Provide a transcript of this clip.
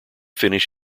finish